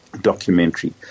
documentary